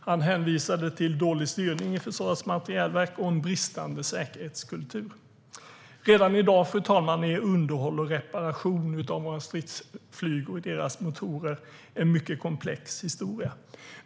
Han hänvisade till dålig styrning i Försvarets materielverk och en bristande säkerhetskultur. Redan i dag, fru talman, är underhåll och reparation av våra stridsflyg och deras motorer en mycket komplex historia.